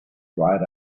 dried